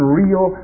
real